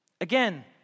Again